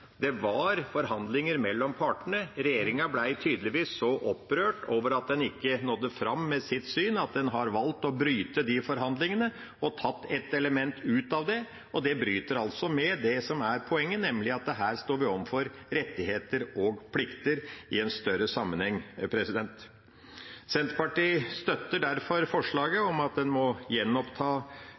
Det var forhandlinger mellom partene. Regjeringa ble tydeligvis så opprørt over at den ikke nådde fram med sitt syn, at den har valgt å bryte de forhandlingene og tatt ett element ut av det. Det bryter altså med det som er poenget, nemlig at her står vi overfor rettigheter og plikter i en større sammenheng. Senterpartiet støtter derfor forslaget til vedtak om at en må gjenoppta